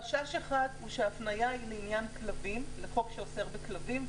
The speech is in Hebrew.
חשש אחד הוא שההפניה היא לעניין כלבים לחוק שאוסר בכלבים,